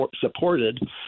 Supported